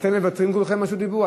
אתם מוותרים כולכם על רשות דיבור?